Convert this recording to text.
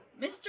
Mr